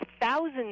thousands